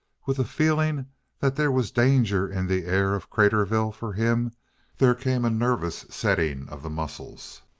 with the feeling that there was danger in the air of craterville for him there came a nervous setting of the muscles,